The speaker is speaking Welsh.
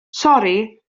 sori